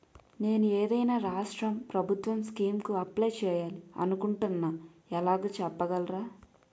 నేను ఏదైనా రాష్ట్రం ప్రభుత్వం స్కీం కు అప్లై చేయాలి అనుకుంటున్నా ఎలాగో చెప్పగలరా?